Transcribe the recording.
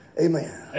Amen